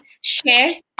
shares